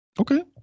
Okay